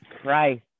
Christ